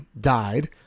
died